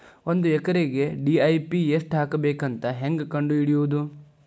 ಒಂದು ಎಕರೆಗೆ ಡಿ.ಎ.ಪಿ ಎಷ್ಟು ಹಾಕಬೇಕಂತ ಹೆಂಗೆ ಕಂಡು ಹಿಡಿಯುವುದು?